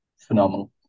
phenomenal